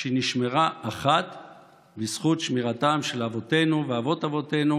שנשמרה רק בזכות שמירתם של אבותינו ואבות אבותינו,